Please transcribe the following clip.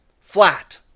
flat